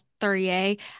30A